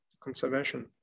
conservation